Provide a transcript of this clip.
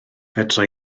fedra